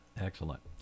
Excellent